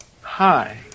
Hi